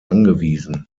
angewiesen